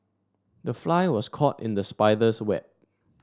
the fly was caught in the spider's web